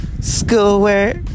Schoolwork